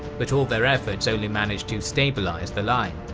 but all their efforts only managed to stabilize the line.